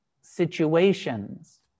situations